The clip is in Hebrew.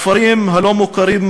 הכפרים הלא-מוכרים,